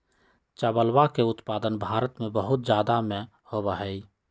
चावलवा के उत्पादन भारत में बहुत जादा में होबा हई